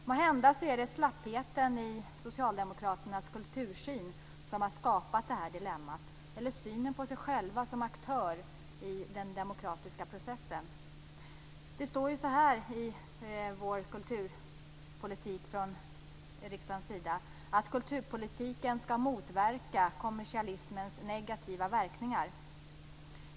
Måhända är det slappheten i socialdemokraternas kultursyn som har skapat detta dilemma eller synen på sig själva som aktör i den demokratiska processen. Riksdagen har skrivit så här om vår kulturpolitik: Kulturpolitiken skall motverka kommersialismens negativa verkningar.